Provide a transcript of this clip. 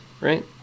right